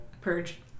Purge